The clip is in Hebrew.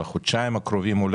אולי בחודשיים הקרובים,